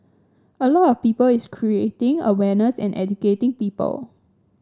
a lot of people its creating awareness and educating people